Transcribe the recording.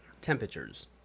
temperatures